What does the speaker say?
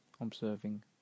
observing